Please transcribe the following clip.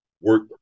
work